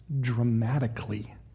dramatically